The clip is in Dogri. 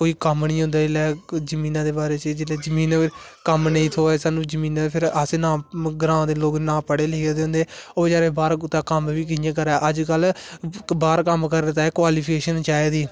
कोई कम्म नेईं होंदा जिसले जमीना दे बारे च जमीना च कम नेई थ्होऐ सानू जमीना दा फिर अस ना ग्रां दे लोक ना पढे लिखे दे होंदे ओह् बचारे बाहर कुतै कम्म बी कियां करे अजकल बाहर कम्म करने तांई क्बालीफिकेशन चाहिदी